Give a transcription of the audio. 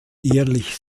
ehrlich